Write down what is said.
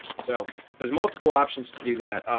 so there's multiple options to do that.